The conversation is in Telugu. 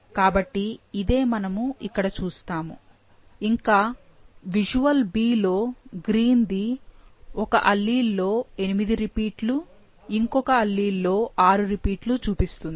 కాబట్టి ఇదే మనము ఇక్కడ చూస్తాము ఇంకా విషువల్ B లో గ్రీన్ ది ఒక అల్లీల్ లో 8 రిపీట్లు ఇంకొక అల్లీల్ లో 6 రిపీట్లు చూపిస్తుంది